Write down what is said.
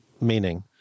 meaning